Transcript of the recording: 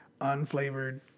unflavored